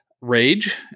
rage